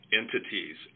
entities